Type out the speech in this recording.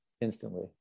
instantly